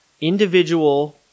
individual